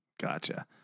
Gotcha